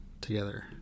together